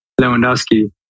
Lewandowski